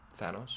Thanos